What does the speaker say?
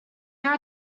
there